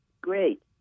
Great